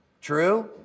True